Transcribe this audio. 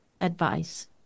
advice